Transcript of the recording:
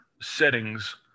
settings